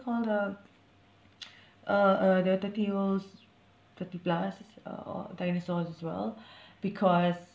call the uh uh the thirty year olds thirty plus uh uh dinosaurs as well because